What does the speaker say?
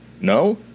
No